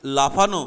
লাফানো